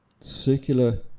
circular